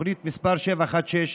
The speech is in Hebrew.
תוכנית מס' 716,